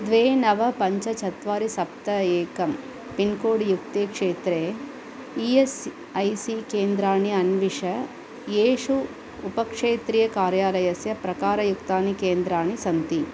द्वे नव पञ्च चत्वारि सप्त एकं पिन्कोड् युक्ते क्षेत्रे ई एस् ऐ सी केन्द्राणि अन्विष येषु उपक्षेत्रीयकार्यालयस्य प्रकारयुक्तानि केन्द्राणि सन्ति